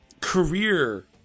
career